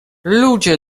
ludzie